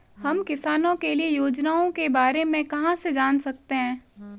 हम किसानों के लिए योजनाओं के बारे में कहाँ से जान सकते हैं?